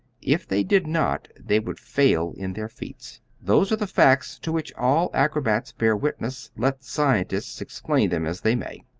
if they did not they would fail in their feats. those are the facts to which all acrobats bear witness, let scientists explain them as they may.